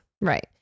right